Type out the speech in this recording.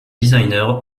designer